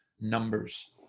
numbers